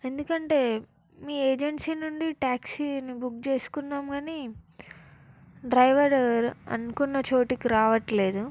ఎందుకంటే మీ ఏజన్సీ నుండి ట్యాక్సీని బుక్ చేసుకున్నాం కాని డ్రైవరు అనుకున్న చోటుకి రావటం లేదు